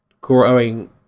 growing